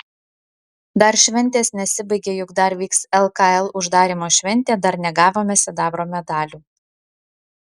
dar šventės nesibaigė juk dar vyks lkl uždarymo šventė dar negavome sidabro medalių